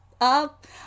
Up